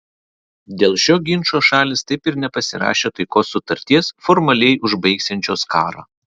dėl šio ginčo šalys taip ir nepasirašė taikos sutarties formaliai užbaigsiančios karą